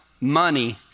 money